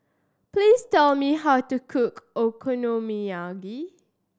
please tell me how to cook Okonomiyaki